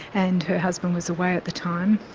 and her husband was away at the time.